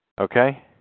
Okay